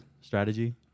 strategy